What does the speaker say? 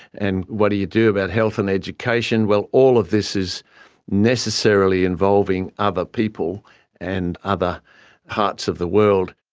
and what do you do about health and education? well, all of this is necessarily involving other people and other parts of the world.